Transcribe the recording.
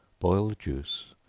boil the juice,